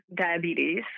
diabetes